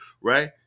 Right